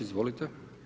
Izvolite.